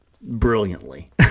brilliantly